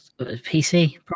PC